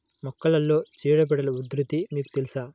మొక్కలలో చీడపీడల ఉధృతి మీకు తెలుసా?